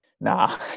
Nah